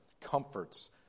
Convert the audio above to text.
Comforts